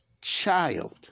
child